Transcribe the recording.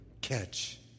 catch